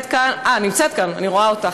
אה, נמצאת כאן, אני רואה אותך.